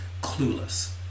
clueless